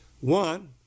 One